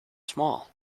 small